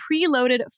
preloaded